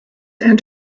and